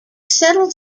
settles